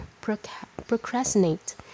procrastinate